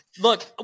Look